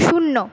শূন্য